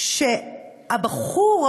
שהבחור,